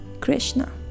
Krishna